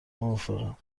موافقم